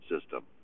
system